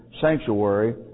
sanctuary